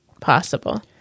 possible